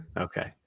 Okay